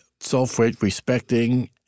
self-respecting